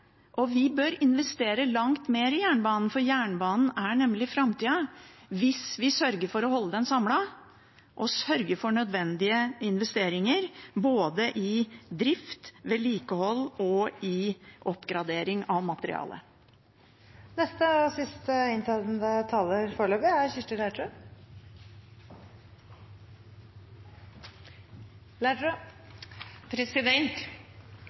Vi bør investere langt mer i jernbanen, for jernbanen er nemlig framtida – hvis vi sørger for å holde den samlet, og sørger for nødvendige investeringer, både i drift, i vedlikehold og i oppgradering av materiale. Eierskap handler om god dialog og